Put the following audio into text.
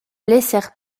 laissèrent